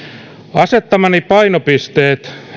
asettamani painopisteet